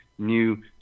new